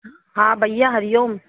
हा भैया हरिओम